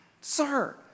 sir